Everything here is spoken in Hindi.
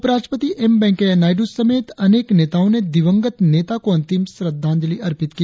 उपराष्ट्रपति एम वेंकैया नायडू समेत अनेक नेताओं ने दिवंगत नेता को अंतिम श्रद्धांजलि अर्पित की